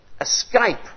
escape